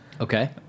Okay